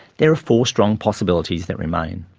there are four strong possibilities that remain.